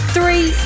Three